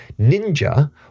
ninja